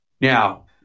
now